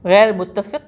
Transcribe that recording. غیر متفق